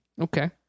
Okay